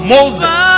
Moses